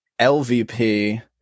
lvp